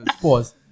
pause